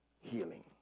healing